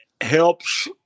helps